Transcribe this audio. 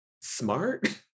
smart